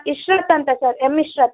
ಇಷ್ರತ್ ಅಂತ ಸರ್ ಎಮ್ ಇಷ್ರತ್